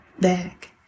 back